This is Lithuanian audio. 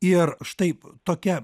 ir štai tokia